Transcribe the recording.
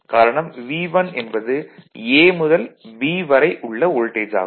காரணம் V1 என்பது A முதல் B வரை உள்ள வோல்டேஜ் ஆகும்